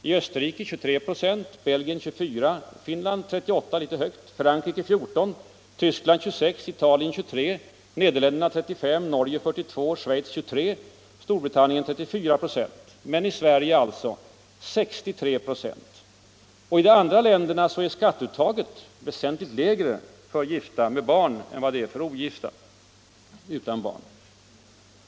I Österrike är den 23 96, Belgien 24, Finland 38 - litet högt —, Frankrike 14, Tyskland 26, Italien 23, Nederländerna 35, Norge 42, Schweiz 23 och Storbritannien 34 96. Men i Sverige alltså 63 96. Och i de andra länderna är skatteuttaget väsentligt lägre för gifta med barn än det är för ogift utan barn.